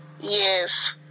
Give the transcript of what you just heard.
Yes